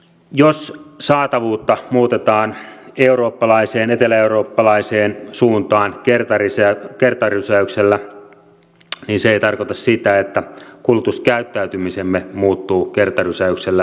jos saatavuutta muutetaan eurooppalaiseen eteläeurooppalaiseen suuntaan kertarysäyksellä niin se ei tarkoita sitä että kulutuskäyttäytymisemme muuttuu kertarysäyksellä eteläeurooppalaiseksi